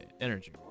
energy